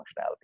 functionality